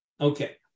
Okay